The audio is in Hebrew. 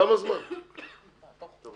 תוך